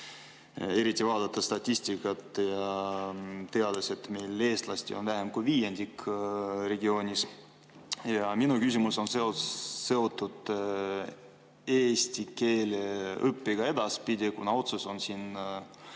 eriti vaadates statistikat ja teades, et meil eestlasi on vähem kui viiendik regioonis. Minu küsimus on seotud eesti keele õppega edaspidi, kuna otsus on siin